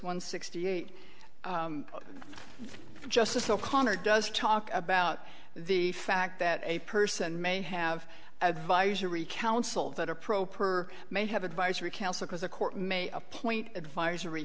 one sixty eight justice o'connor does talk about the fact that a person may have advisory council that a pro per may have advisory council has a court may appoint advisory